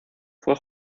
fue